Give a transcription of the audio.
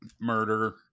murder